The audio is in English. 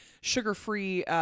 sugar-free